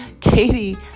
Katie